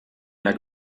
jak